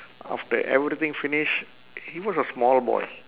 after everything finish he was a small boy